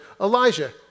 Elijah